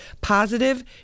Positive